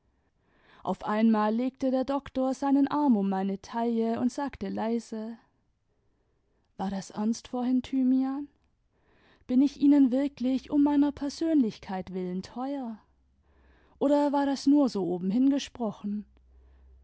auf einmal legte der doktor seinen arm um meine taille und sagte leise war das ernst vorhin thymian bin ich ihnen wirklich um meiner persönlichkeit willen teuer oder war das nur so obenhin gesprochen